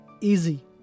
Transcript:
easy